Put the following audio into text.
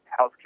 healthcare